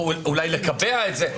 או אולי לקבע את זה.